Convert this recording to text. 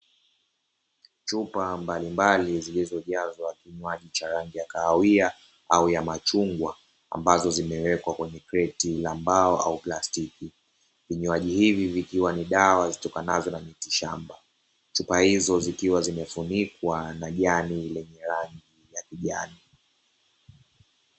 Chupa mbalimbali zilizojazwa rangi ya kahawia au ya machungwa, ambazo zimewekwa kwenye kreti la mbao au plastiki, vinywaji hivi vikiwa ni dawa zitokanazo na mitishamba, chupa hizo zikiwa zimefunikwa na jani lenye rangi ya kijani.